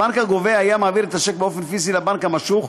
הבנק הגובה היה מעביר את השיק באופן פיזי לבנק המשוך,